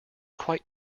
quite